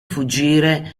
fuggire